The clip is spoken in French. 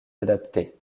adapté